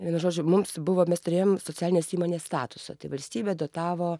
vienu žodžiu mums buvo mes turėjom socialinės įmonės statusą tai valstybė dotavo